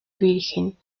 virgen